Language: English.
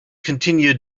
continue